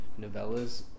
novellas